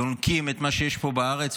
יונקים את מה שיש פה בארץ,